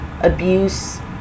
abuse